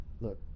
look